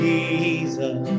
Jesus